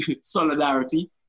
solidarity